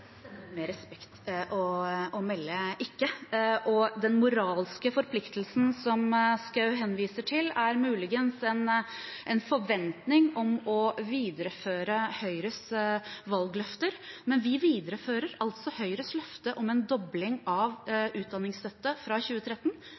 med respekt å melde ikke. Den moralske forpliktelsen som Schou henviser til, er muligens en forventning om å videreføre Høyres valgløfter, men vi viderefører Høyres løfte om en dobling av